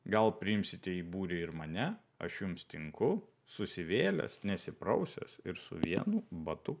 gal priimsite į būrį ir mane aš jums tinku susivėlęs nesiprausęs ir su vienu batu